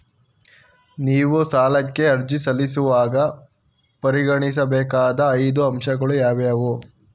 ನೀವು ಸಾಲಕ್ಕೆ ಅರ್ಜಿ ಸಲ್ಲಿಸುವಾಗ ಪರಿಗಣಿಸಬೇಕಾದ ಐದು ಅಂಶಗಳು ಯಾವುವು?